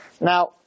Now